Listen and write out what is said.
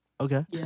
Okay